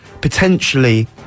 potentially